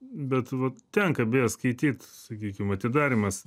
bet va tenka beje skaityt sakykim atidarymas